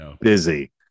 busy